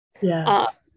Yes